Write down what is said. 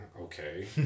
Okay